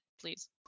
please